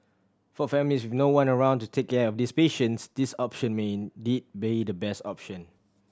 for families with no one around to take care of these patients this option may indeed be the best option